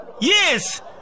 Yes